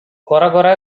கொரகொர